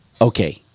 Okay